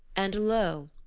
and lo!